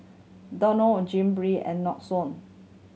Danone Jim Beam and Nixon